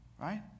right